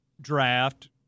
draft